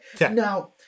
Now